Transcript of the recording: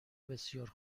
بسیار